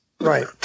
Right